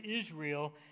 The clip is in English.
Israel